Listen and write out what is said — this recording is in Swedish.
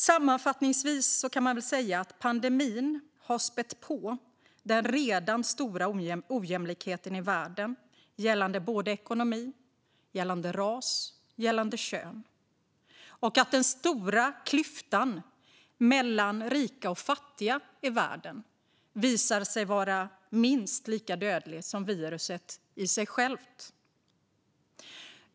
Sammanfattningsvis kan man säga att pandemin har spätt på den redan stora ojämlikheten i världen gällande ekonomi, gällande ras och gällande kön, och den stora klyftan mellan rika och fattiga i världen visar sig vara minst lika dödlig som viruset i sig.